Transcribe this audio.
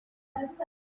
bwe